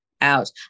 out